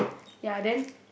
ya then